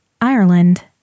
Ireland